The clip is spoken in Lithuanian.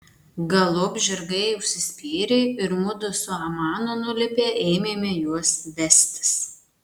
galop žirgai užsispyrė ir mudu su amano nulipę ėmėme juos vestis